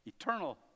eternal